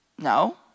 No